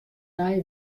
nije